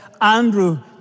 Andrew